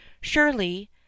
surely